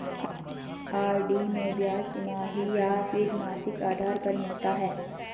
RD में ब्याज तिमाही या फिर मासिक आधार पर मिलता है?